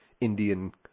Indian